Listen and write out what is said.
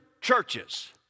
churches